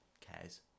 cares